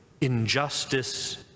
injustice